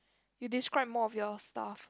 you describe most of your stuff